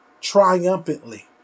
triumphantly